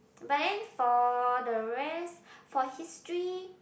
but then for the rest for history